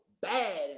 bad